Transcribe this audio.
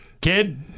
Kid